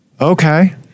Okay